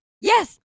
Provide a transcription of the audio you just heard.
yes